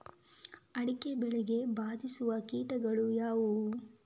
ಅಡಿಕೆ ಬೆಳೆಗೆ ಬಾಧಿಸುವ ಕೀಟಗಳು ಯಾವುವು?